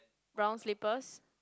brown slippers